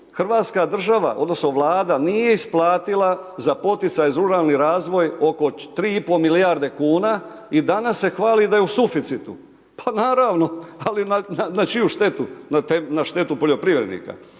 hrvatska država odnosno Vlada nije isplatila za poticaj za ruralni razvoj oko 3,5 milijarde kuna, i danas se hvali da je u suficitu. Pa naravno, ali na čiju štetu? Na štetu poljoprivrednika.